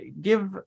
give